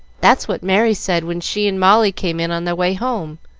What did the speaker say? that's what merry said when she and molly came in on their way home.